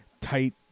tight